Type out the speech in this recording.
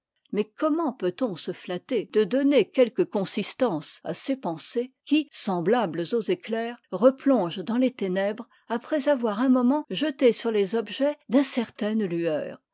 mais comment peut-on se flatter de donner quelque consistance à ces pensées qui semblables aux éclairs replongent dans tes ténèbres près avoir un moment jeté sur les objets d'incertaines lueurs